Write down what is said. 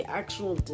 actual